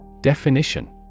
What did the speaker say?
Definition